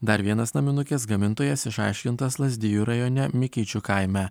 dar vienas naminukės gamintojas išaiškintas lazdijų rajone mikyčių kaime